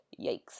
Yikes